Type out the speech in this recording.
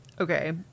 Okay